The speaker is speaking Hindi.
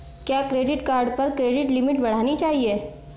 क्या क्रेडिट कार्ड पर क्रेडिट लिमिट बढ़ानी चाहिए?